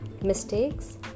Mistakes